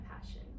passion